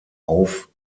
auf